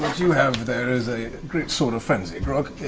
have there is a greatsword of frenzy, grog.